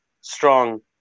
strong